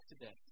today